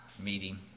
meeting